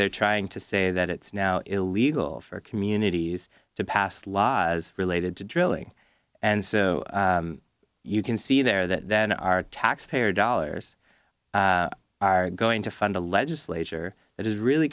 they're trying to say that it's now illegal for communities to pass laws related to drilling and so you can see there that in our taxpayer dollars are going to fund a legislature that is really